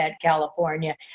California